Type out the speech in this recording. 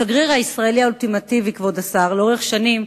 השגריר הישראלי האולטימטיבי לאורך שנים,